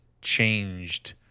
changed